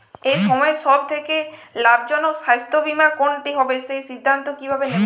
এই সময়ের সব থেকে লাভজনক স্বাস্থ্য বীমা কোনটি হবে সেই সিদ্ধান্ত কীভাবে নেব?